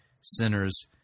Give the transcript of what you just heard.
sinners